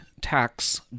tax